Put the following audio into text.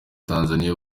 tanzania